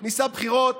ניסה בחירות